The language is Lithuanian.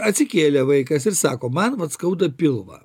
atsikėlė vaikas ir sako man vat skauda pilvą